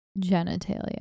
genitalia